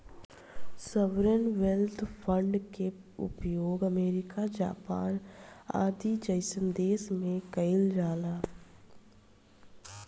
sovereign wealth fund के उपयोग America Japan आदि जईसन देश में कइल जाला